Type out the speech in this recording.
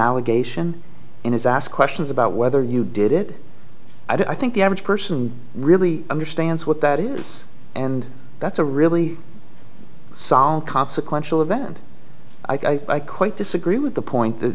allegation in his ask questions about whether you did it i think the average person really understands what that is and that's a really solid consequential event and i quite disagree with the point that